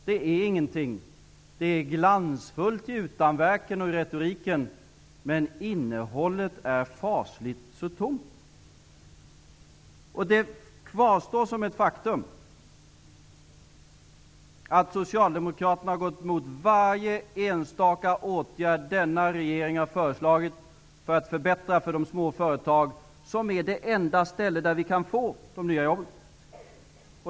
Det är glansfullt i utanverken och retoriken, men innehållet är fasligt tomt. Det kvarstår som ett faktum att socialdemokraterna gått emot varje enskild åtgärd som den nuvarande regeringen har föreslagit för att förbättra för de små företagen, som är den enda källa ur vilken vi kan hämta de nya jobben.